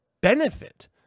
benefit